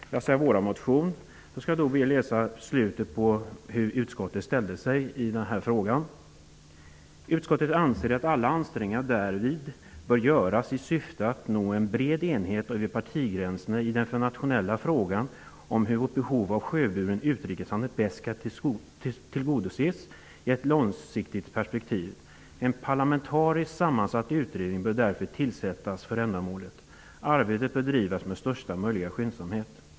Vidare vill jag framhålla vad utskottet uttalar i denna fråga: ''Utskottet anser att alla ansträngningar därvid bör göras i syfte att nå en bred enighet över partigränserna i den för nationen centrala frågan om hur vårt behov av sjöburen utrikeshandel bäst skall tillgodoses i ett långsiktigt perspektiv. En parlamentariskt sammansatt utredning bör därför tillsättas för ändamålet. Arbetet bör bedrivas med största möjliga skyndsamhet.''